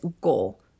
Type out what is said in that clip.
goal